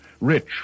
Rich